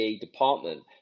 department